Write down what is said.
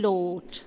Lord